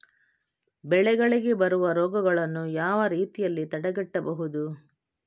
ಬೆಳೆಗಳಿಗೆ ಬರುವ ರೋಗಗಳನ್ನು ಯಾವ ರೀತಿಯಲ್ಲಿ ತಡೆಗಟ್ಟಬಹುದು?